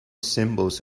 symbols